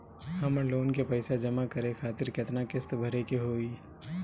हमर लोन के पइसा जमा करे खातिर केतना किस्त भरे के होई?